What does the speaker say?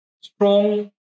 strong